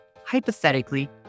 hypothetically